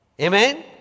Amen